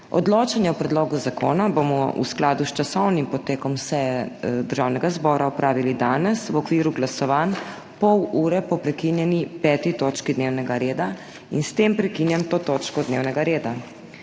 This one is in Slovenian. Odločanje o predlogu zakona bomo v skladu s časovnim potekom seje Državnega zbora opravili danes v okviru glasovanj, pol ure po prekinjeni peti točki dnevnega reda. S tem prekinjam to točko dnevnega reda.